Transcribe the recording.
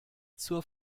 zur